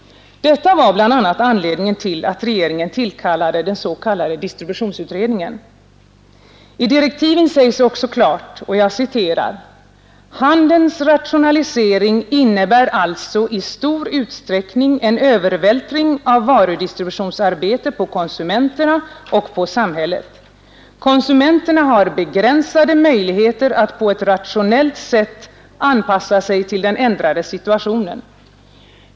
Detta var bl.a. anledningen till att regeringen tillkallade den s.k. distributionsutredningen. I direktiven sägs också klart: ”Handelns rationalisering innebär alltså i stor utsträckning en övervältring av varudistributionsarbete på konsumenterna och på samhället. Konsumenterna har begränsade möjligheter att på ett rationellt sätt anpassa sig till den ändrade situationen.